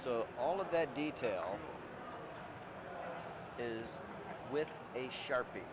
so all of that detail is with a sharpie